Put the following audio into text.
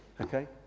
Okay